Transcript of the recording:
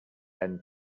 end